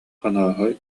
хонооһой